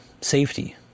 safety